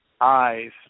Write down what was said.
eyes